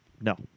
No